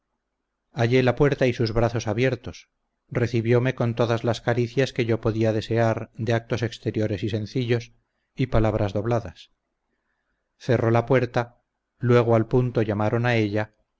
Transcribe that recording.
hallé la puerta y sus brazos abiertos recibióme con todas las caricias que yo podía desear de actos exteriores y sencillos y palabras dobladas cerró la puerta luego al punto llamaron a ella